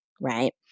right